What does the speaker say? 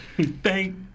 Thank